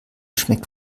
schmeckt